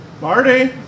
Marty